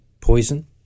poison